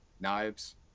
knives